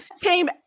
came